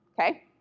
okay